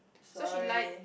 so she lied